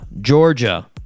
georgia